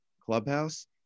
Clubhouse